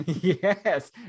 yes